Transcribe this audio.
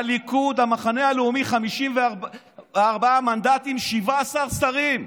הליכוד, המחנה הלאומי, 54 מנדטים, 17 שרים.